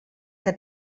que